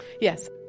Yes